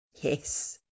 Yes